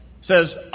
says